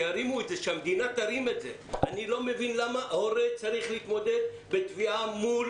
אני לא מבין, למה הורה צריך להתמודד בתביעה מול